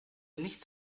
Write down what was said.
nichts